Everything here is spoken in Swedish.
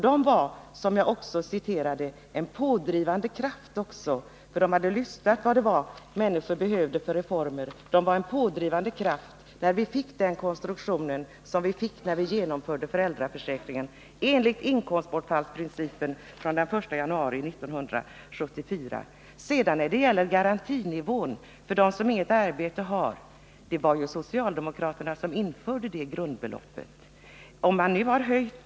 De var, som jag också citerade, en pådrivande kraft — de hade lyssnat för att få veta vilka reformer människor behövde — när vi fick den konstruktion som antogs när vi genomförde föräldraförsäkringen enligt inkomstbortfallsprincipen från den 1 januari 1974. När det gäller garantinivån för dem som inget arbete har vill jag säga att det var socialdemokraterna som införde grundbeloppet.